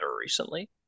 recently